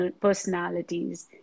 personalities